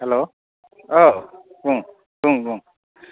हेल' औ बुं बुं